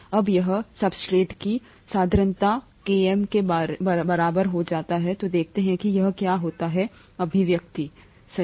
अब जब सब्सट्रेट की सांद्रता Km के बराबर हो जाती है तो देखते हैं कि यह क्या होता है अभिव्यक्ति सही